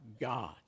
God